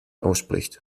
ausspricht